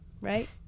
right